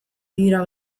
dira